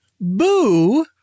boo